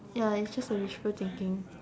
ya its just a wishful thinking